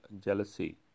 jealousy